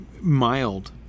mild